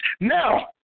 now